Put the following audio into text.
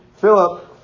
Philip